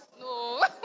no